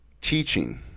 Teaching